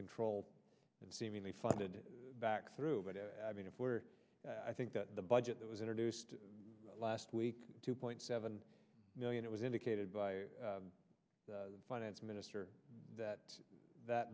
control and seemingly funded back through but i mean if we're i think that the budget that was introduced last week two point seven million it was indicated by the finance minister that that